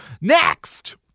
Next